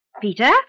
Peter